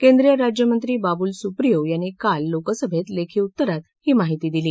केंद्रीय राज्यमंत्री बाबूल सुप्रियो यांनी काल लोकसभेत लेखी उत्तरात ही माहिती दिली